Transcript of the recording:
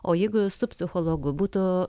o jeigu su psichologu būtų